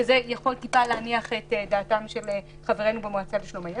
שזה יכול טיפה להניח את דעתם של חברינו במועצה לשלום הילד.